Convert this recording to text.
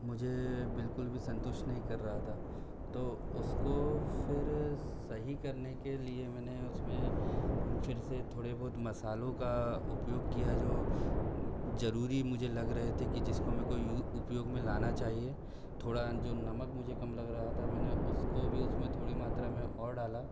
मुझे बिल्कुल भी संतुष्ट नहीं कर रहा था तो उसको फिर सही करने के लिए मैंने उसमें फिर से थोड़े बहुत मसालों का उपयोग किया जो ज़रूरी मुझे लग रहे थे कि जिसको मेरको यू उपयोग में लाना चाहिए थोड़ा जो नामक मुझे कम लग रहा था मैंने उसको भी उसमें थोड़ी मात्रा में और डाला